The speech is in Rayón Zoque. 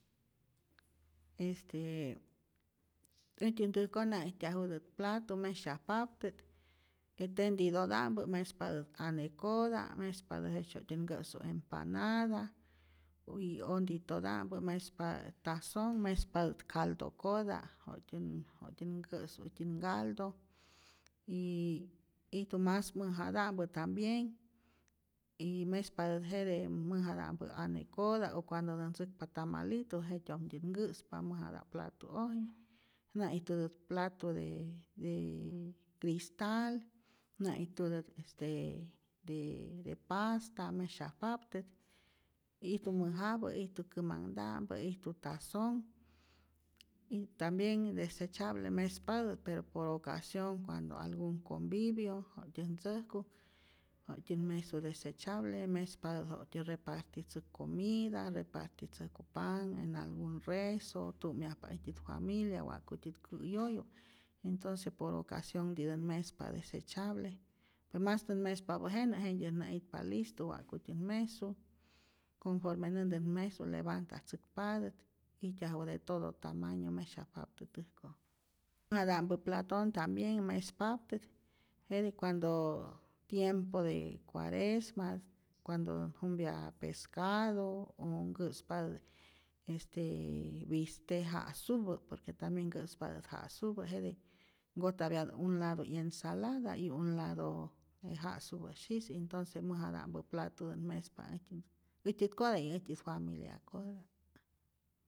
Estee äjtyä ntäjko' nä'ijtyajutät platu mesyajpaptät, je tendidota'mpä mespatä ane'kota, mespatä jejtzye wa'ktyä nkä'su empanada, uy onditota'mpä mespa tason mespatät caldo'kota, wa'ktyät wa'ktyän nkä'su äjtyä ngaldo, y ijtu mas mäjata'mpä también y mespatät jete mäjata'mpä anekota' o cuandotät ntzäkpa tamalito jetyomtyät nkä'spa mäjata'mpä platu'oji, nä'ijtutät platu de de cristal, nä'ijtutät este de de pasta mesyajpaptät, ijtu mäjapä, ijtu kämanhta'mpä, ijtu tazonh, y tambien desechable mespatät pero por ocacionh cuando algun convivo ja'ktyän ntzäjku, wa'ktyät mesu desechable, mespatät wa'kutyä reparatitzäjk comida, repartitzäjku panh en algun rezo, tu'myajpa äjtyä familia wa'kutyät kä'yoyu, entonce por ocasionhtität mespa desechable, je mastä mespapä jenä jentyät nä'itpa listu wa'kutyät mesu, conforme näntät mesu levantatzäkpatät, ijtyaju de todo tamaño mesyajpaptä täjkoj, mäjata'mpä platon tambien mespaptät jete cuando tiempo de cuaresma, cuandotät jumpya pescado o nkäspatät este biste ja'supä por que tambien nkä'spatät ja'supä jete nkojtapyatä un lado 'yensalada y un lado je ja'supä sis entonce mäjata'mpä platutät mespa äjtyä äjtyät'kota y äjtyä familia'kota.